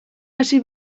hasi